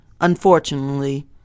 unfortunately